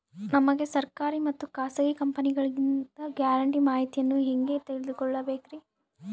ನಮಗೆ ಸರ್ಕಾರಿ ಮತ್ತು ಖಾಸಗಿ ಕಂಪನಿಗಳಿಂದ ಗ್ಯಾರಂಟಿ ಮಾಹಿತಿಯನ್ನು ಹೆಂಗೆ ತಿಳಿದುಕೊಳ್ಳಬೇಕ್ರಿ?